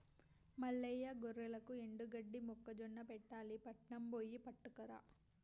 మల్లయ్య గొర్రెలకు ఎండుగడ్డి మొక్కజొన్న పెట్టాలి పట్నం బొయ్యి పట్టుకురా